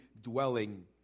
dwelling